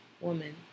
woman